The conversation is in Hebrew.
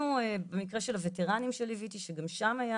במקרה של הווטרנים שליוויתי שגם שם היה